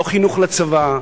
לא חינוך לצבא,